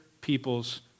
people's